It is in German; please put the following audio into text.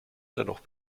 dennoch